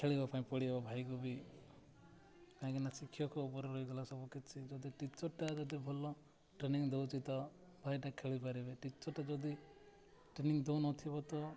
ଖେଳିବା ପାଇଁ ପଡ଼ିବ ଭାଇକୁ ବି କାହିଁକିନା ଶିକ୍ଷକ ଉପରେ ରହିଗଲା ସବୁ କିଛି ଯଦି ଟିଚର୍ଟା ଯଦି ଭଲ ଟ୍ରେନିଂ ଦେଉଛି ତ ଭାଇଟା ଖେଳିପାରିବ ଟିଚର୍ଟା ଯଦି ଟ୍ରେନିଂ ଦେଉନଥିବ ତ